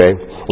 Okay